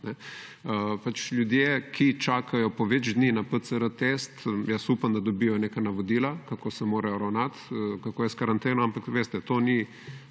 Ljudje, ki čakajo po več dni na test PCR, upam, da dobijo neka navodila, kako se morajo ravnati, kako je s karanteno. Ampak veste, to